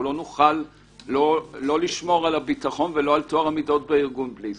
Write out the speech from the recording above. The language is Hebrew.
אנחנו לא נוכל לשמור לא על הביטחון ולא על טוהר המידות בארגון בלי זה.